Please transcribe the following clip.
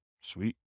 Sweet